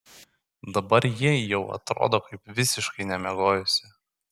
dabar ji jau atrodo kaip visiškai nemiegojusi